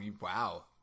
wow